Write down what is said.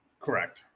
Correct